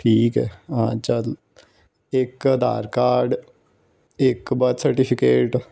ਠੀਕ ਹੈ ਹਾਂ ਚਲ ਇਕ ਆਧਾਰ ਕਾਰਡ ਇੱਕ ਬਰਥ ਸਰਟੀਫਿਕੇਟ